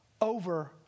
over